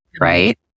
right